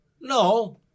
No